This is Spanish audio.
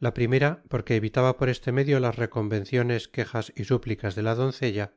la primera porque evitaba por este medio las reconvenciones quejas y súplicas de la doncella